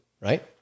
right